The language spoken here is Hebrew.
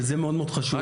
שזה מאוד-מאוד חשוב,